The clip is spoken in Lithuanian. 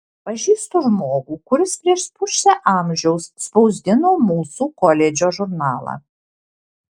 pažįstu žmogų kuris prieš pusę amžiaus spausdino mūsų koledžo žurnalą